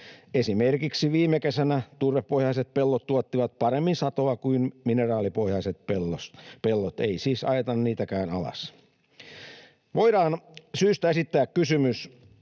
Esimerkiksi viime kesänä turvepohjaiset pellot tuottivat paremmin satoa kuin mineraalipohjaiset pellot. Ei siis ajeta niitäkään alas. Voidaan syystä esittää kysymys: